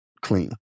clean